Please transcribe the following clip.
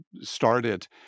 started